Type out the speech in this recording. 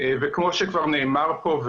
וכמו שכבר נאמר פה,